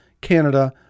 Canada